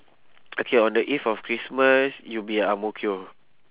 okay on the eve of christmas you'll be at ang mo kio